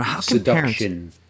Seduction